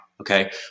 Okay